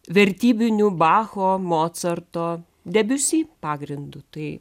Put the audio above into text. vertybiniu bacho mocarto debiusi pagrindu tai